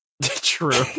True